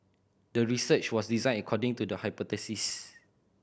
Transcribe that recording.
the research was designed according to the hypothesis